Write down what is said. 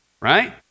right